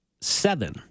seven